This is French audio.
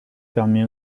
permet